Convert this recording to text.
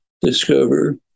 discover